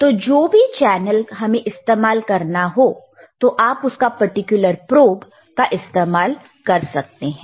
तो जो भी चैनल हमें इस्तेमाल करना हो तो आप उसका पर्टिकुलर प्रोब का इस्तेमाल कर सकते हैं